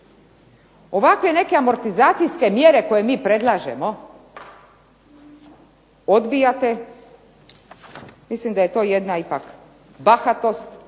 Ovakve neke amortizacijske mjere koje mi predlažemo odbijate. Mislim da je to ipak jedna bahatost